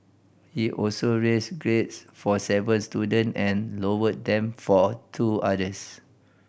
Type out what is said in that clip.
he also raised grades for seven student and lowered them for two others